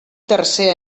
tercer